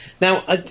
Now